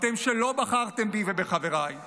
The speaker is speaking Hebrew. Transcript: אתם שלא בחרתם בי ובחבריי,